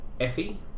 Effie